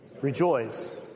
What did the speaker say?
Rejoice